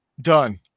done